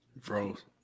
froze